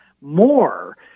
more